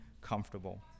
comfortable